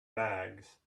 bags